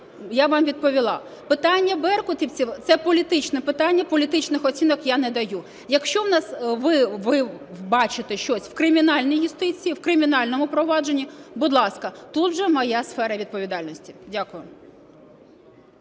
Я вам відповіла. Питання беркутівців – це політичне питання. Політичних оцінок я не даю. Якщо у нас ви бачите щось в кримінальній юстиції, в кримінальному провадженні, будь ласка, тут вже моя сфера відповідальності. Дякую.